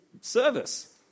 service